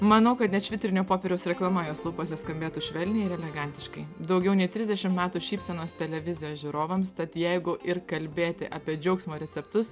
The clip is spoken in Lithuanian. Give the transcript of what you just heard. manau kad net švitrinio popieriaus reklama jos lūpose skambėtų švelniai ir elegantiškai daugiau nei trisdešimt metų šypsenos televizijos žiūrovams tad jeigu ir kalbėti apie džiaugsmo receptus